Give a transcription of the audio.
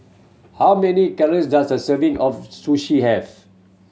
how many calories does a serving of Sushi have